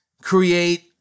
create